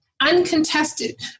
uncontested